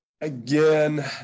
again